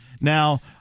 Now